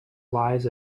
lives